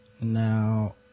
now